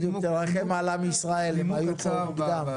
בדיוק, תרחם על עם ישראל, הם היו פה משעה מוקדמת.